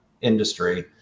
industry